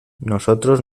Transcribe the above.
nosotros